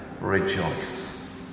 rejoice